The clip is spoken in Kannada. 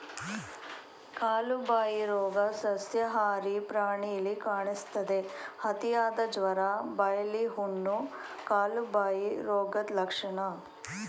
ಕಾಲುಬಾಯಿ ರೋಗ ಸಸ್ಯಾಹಾರಿ ಪ್ರಾಣಿಲಿ ಕಾಣಿಸ್ತದೆ, ಅತಿಯಾದ ಜ್ವರ, ಬಾಯಿಲಿ ಹುಣ್ಣು, ಕಾಲುಬಾಯಿ ರೋಗದ್ ಲಕ್ಷಣ